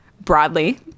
broadly